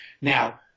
Now